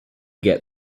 get